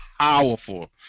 powerful